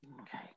Okay